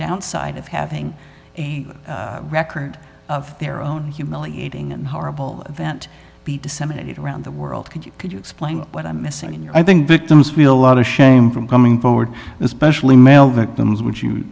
downside of having a record of their own humiliating and horrible event be disseminated around the world could you could you explain what i'm missing in your i think victims feel a lot of shame from coming forward especially male victims w